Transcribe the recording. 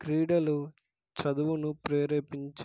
క్రీడలు చదువును ప్రేరేపించి